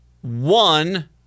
One